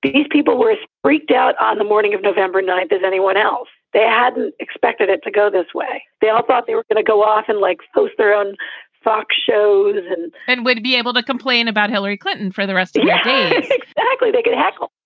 these people were freaked out on the morning of november nine. but anyone else? they hadn't expected it to go this way. they all thought they were going to go off and like post their own fox shows and then would be able to complain about hillary clinton for the rest yeah exactly. they could heckle